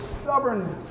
stubbornness